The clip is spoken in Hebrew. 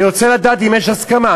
אני רוצה לדעת אם יש הסכמה.